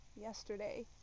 yesterday